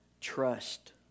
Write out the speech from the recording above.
trust